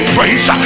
Praise